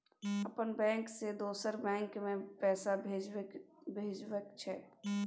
अपन बैंक से दोसर बैंक मे पैसा भेजबाक छै?